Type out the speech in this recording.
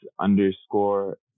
underscore